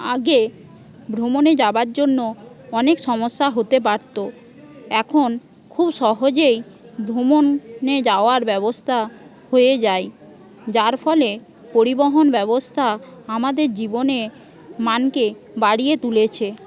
আগে ভ্রমণে যাওয়ার জন্য অনেক সমস্যা হতে পারত এখন খুব সহজেই ভ্রমণে যাওয়ার ব্যাবস্থা হয়ে যায় যার ফলে পরিবহন ব্যবস্থা আমাদের জীবনের মানকে বাড়িয়ে তুলেছে